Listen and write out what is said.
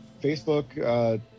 Facebook